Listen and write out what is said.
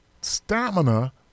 stamina